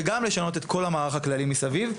וגם לשנות את כל המערך הכללי מסביב.